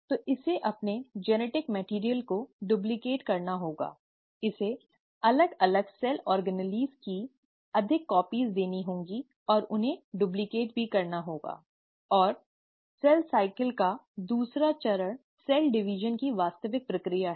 तो इसे अपने जेनेटिक मैटिअर्इअल को डुप्लीकेट करना होगा इसे अलग अलग सेल ऑर्गेनेल की अधिक प्रतियां देनी होंगी और उन्हें डुप्लिकेट भी करना होगा और कोशिका चक्र का दूसरा चरण सेल डिवीजन की वास्तविक प्रक्रिया है